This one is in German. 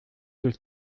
durch